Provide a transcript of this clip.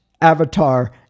avatar